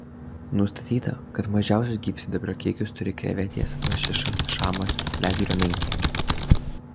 nustatyta kad mažiausius gyvsidabrio kiekius turi krevetės lašiša šamas ledjūrio menkė